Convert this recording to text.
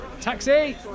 Taxi